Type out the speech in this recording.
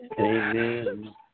Amen